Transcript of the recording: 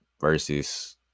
versus